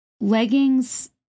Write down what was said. leggings